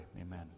Amen